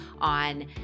on